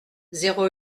zéro